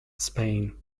spain